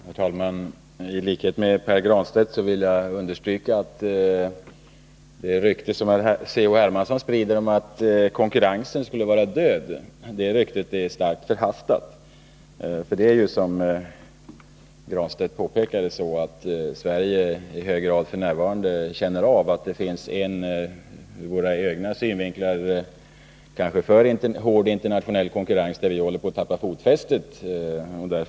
Herr talman! I likhet med Pär Granstedt vill jag understryka att det rykte som Carl-Henrik Hermansson sprider om att konkurrensen skulle vara död är starkt förhastat. Sverige känner, som Pär Granstedt påpekade, f. n. i hög grad av att det finns en ur vår egen synvinkel kanske alltför hård internationell konkurrens, där vi håller på att tappa fotfästet.